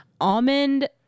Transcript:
Almond